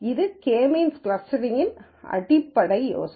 இது K means க்ளஸ்டரிங்ன் அடிப்படை யோசனை